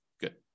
Good